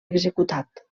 executat